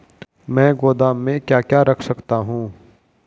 मैं गोदाम में क्या क्या रख सकता हूँ?